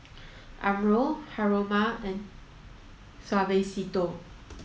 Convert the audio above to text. Umbro Haruma and Suavecito